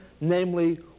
Namely